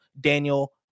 Daniel